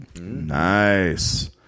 Nice